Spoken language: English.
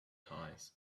heights